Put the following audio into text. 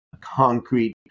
concrete